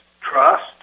trust